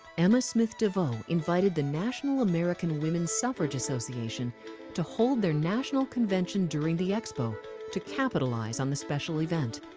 emma smith devoe invited the national american women's suffrage association to hold their national convention during the expo to capitalize on the special event.